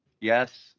Yes